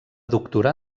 doctorar